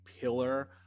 pillar